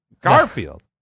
Garfield